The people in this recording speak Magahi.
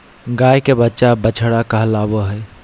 गाय के बच्चा बछड़ा कहलावय हय